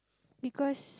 because